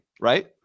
right